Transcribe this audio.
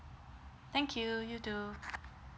thank you you too